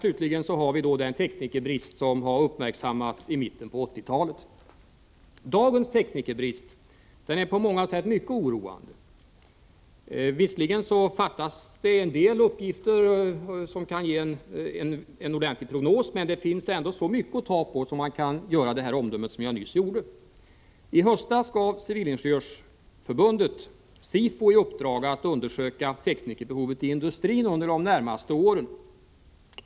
Slutligen har vi den teknikerbrist som har uppmärksammats i mitten på 1980-talet. Dagens teknikerbrist är på många sätt mycket oroande. Visserligen fattas en del uppgifter som kan ge en ordentlig prognos, men det finns ändå så mycket att ta på att man kan bilda sig det omdöme jag nyss gjorde. I höstas gav Civilingenjörsförbundet SIFO i uppdrag att undersöka teknikerbehovet i industrin under de närmaste åren.